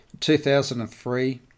2003